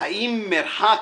/ האם מרחק